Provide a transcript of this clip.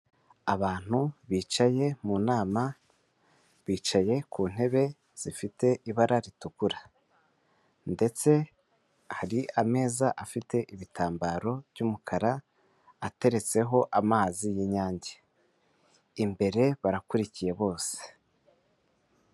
Abantu bicaye mu nama bicaye ku ntebe zifite ibara ritukura ,ndetse hari ameza afite ibitambaro by'umukara ateretseho amazi y'inyange imbere barakurikiye bose.